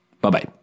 Bye-bye